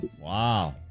Wow